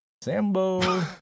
Sambo